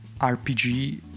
RPG